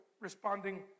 responding